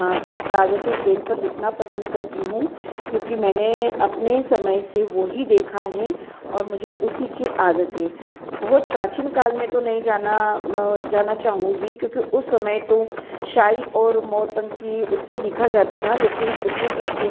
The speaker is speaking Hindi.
कागज और पेन पर लिखना पसंद करती हूँ क्योंकि मैंने अपने समय से वो ही देखा है और मुझे उसी के आदत है बहुत प्राचीन काल में तो नहीं जाना जाना चाहूंगी क्योंकि उस समय तो स्याही और मोर पंखी उससे लिखा जाता था लेकिन उतने प्राचीन